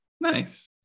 nice